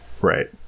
right